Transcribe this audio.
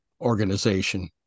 organization